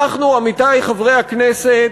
אנחנו, עמיתי חברי הכנסת,